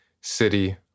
City